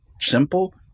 simple